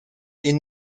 est